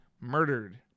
murdered